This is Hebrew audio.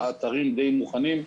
האתרים די מוכנים.